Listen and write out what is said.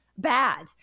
Bad